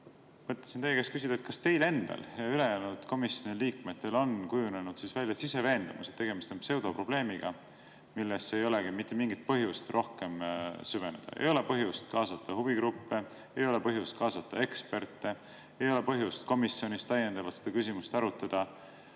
Mõtlesin teie käest küsida, et kas teil endal ja ülejäänud komisjoni liikmetel on kujunenud välja siseveendumus, et tegemist on pseudoprobleemiga, millesse ei ole mitte mingit põhjust rohkem süveneda. Ei ole põhjust kaasata huvigruppe, ei ole põhjust kaasata eksperte, ei ole põhjust komisjonis täiendavalt seda küsimust arutada.